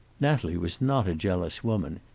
natalie was not a jealous woman.